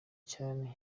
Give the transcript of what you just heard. cyane